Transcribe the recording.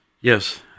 Yes